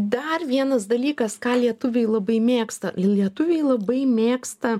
dar vienas dalykas ką lietuviai labai mėgsta lietuviai labai mėgsta